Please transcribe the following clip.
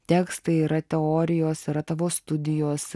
tekstai yra teorijos yra tavo studijos